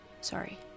Sorry